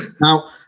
Now